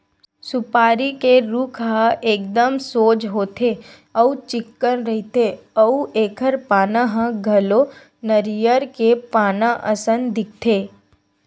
सुपारी के रूख ह एकदम सोझ होथे अउ चिक्कन रहिथे अउ एखर पाना ह घलो नरियर के पाना असन दिखथे